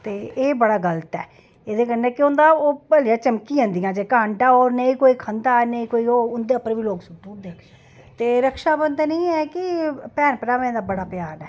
ते एह् बड़ा गलत ऐ एह्दे कन्नै केह् होंदा ओह् भलेआं झमकी जंदी जेह्का अण्डा ऐ नेईं कोई खंदा ते नेईं कोई होर उं'दे उप्पर बी लोग सुट्टी ओड़दे ते रक्षा बंधन एह् ऐ कि भैनें भ्राएं दा ध्यार ऐ